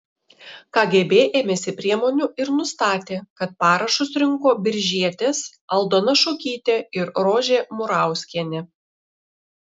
kgb ėmėsi priemonių ir nustatė kad parašus rinko biržietės aldona šukytė ir rožė murauskienė